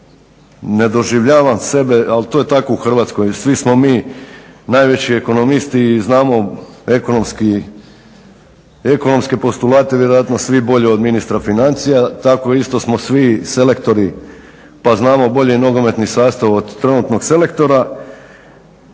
ne doživljavam sebe ali to je tako u Hrvatskoj, svi smo mi najveći ekonomisti i znamo ekonomski postulate vjerojatno svi bolje od ministra financija. Tako isto smo svi selektori pa znamo bolje nogometni sastav od trenutnog selektora.